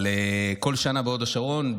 אבל כל שנה בהוד השרון,